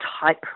type